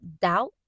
doubt